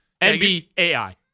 NBAI